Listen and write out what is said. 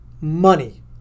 money